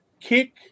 kick